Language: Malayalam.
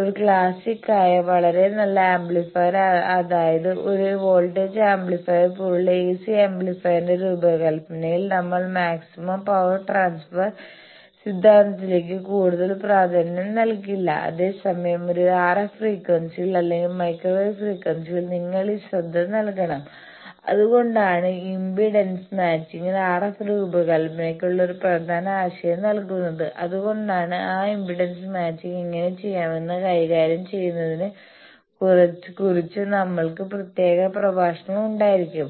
ഒരു ക്ലാസിക് ആയ വളരെ നല്ല ആംപ്ലിഫയർ അതായത് ഒരു വോൾട്ടേജ് ആംപ്ലിഫയർ പോലുള്ള എസി ആംപ്ലിഫയറിന്റെ രൂപകൽപ്പനയിൽ നമ്മൾ മാക്സിമം പവർ ട്രാൻസ്ഫർ സിദ്ധാന്തത്തിലേക്ക് കൂടുതൽ പ്രാധാന്യം നൽകില്ല അതേസമയം ഒരു RF ഫ്രീക്വൻസിയിൽ അല്ലെങ്കിൽ മൈക്രോവേവ് ഫ്രീക്വൻസിയിൽ നിങ്ങൾ ഈ ശ്രദ്ധ നൽകണം അതുകൊണ്ടാണ് ഇംപിഡൻസ് മാച്ചിങ് RF രൂപകൽപ്പനയ്ക്കുള്ള ഒരു പ്രധാന ആശയം ആകുന്നത് അതുകൊണ്ട് ആ ഇംപിഡൻസ് മാച്ചിങ് എങ്ങനെ ചെയ്യാമെന്ന് കൈകാര്യം ചെയ്യുന്നതിനെ കുറിച്ച് നമ്മൾക്ക് പ്രത്യേക പ്രഭാഷണങ്ങൾ ഉണ്ടായിരിക്കും